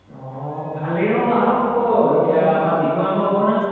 অঁ ভালেই হ'ব আহক আকৌ এতিয়া আমাৰ বিহু আৰম্ভ হ'ব নহয়